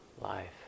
life